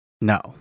No